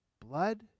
blood